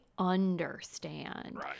understand